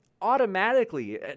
automatically